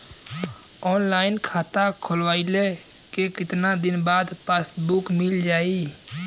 Online खाता खोलवईले के कितना दिन बाद पासबुक मील जाई?